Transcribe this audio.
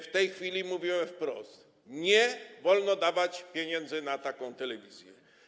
W tej chwili mówimy wprost: nie wolno dawać pieniędzy na taką telewizję.